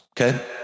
okay